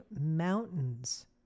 mountains